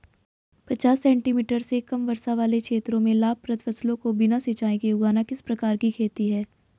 पचास सेंटीमीटर से कम वर्षा वाले क्षेत्रों में लाभप्रद फसलों को बिना सिंचाई के उगाना किस प्रकार की खेती है?